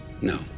No